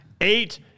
eight